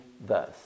thus